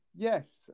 Yes